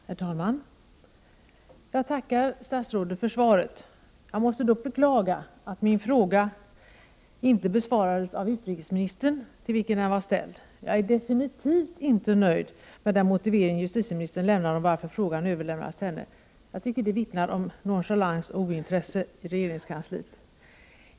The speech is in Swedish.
Herr talman! Jag tackar statsrådet för svaret. Jag måste dock beklaga att min fråga inte besvarades av utrikesministern till vilken den var ställd. Jag är definitivt inte nöjd med den motivering justitieministern lämnar om varför frågan överlämnats till henne. Det hela vittnar om nonchalans och ointresse i regeringskansliet.